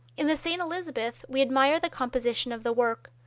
in the st. elizabeth we admire the composition of the work,